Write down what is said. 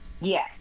yes